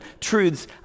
truths